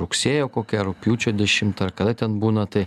rugsėjo kokią rugpjūčio dešimtą ar kada ten būna tai